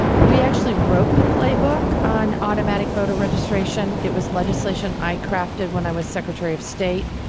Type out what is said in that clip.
we actually wrote the playbook on automatic voter registration. it was legislation i crafted when i was secretary of state.